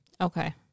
Okay